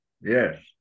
yes